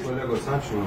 kolegos ačiū